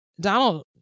Donald